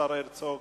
השר הרצוג.